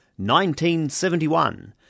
1971